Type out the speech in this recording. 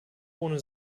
ohne